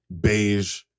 beige